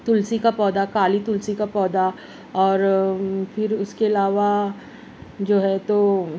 تلسی کا پودا کالی تلسی کا پودا اور پھر اس کے علاوہ جو ہے تو